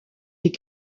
des